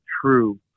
True